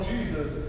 Jesus